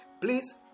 Please